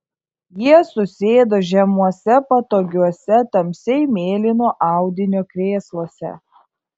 jie susėdo žemuose patogiuose tamsiai mėlyno audinio krėsluose